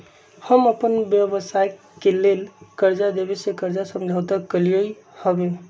हम अप्पन व्यवसाय के लेल कर्जा देबे से कर्जा समझौता कलियइ हबे